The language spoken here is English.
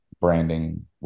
branding